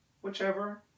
Whichever